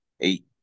eight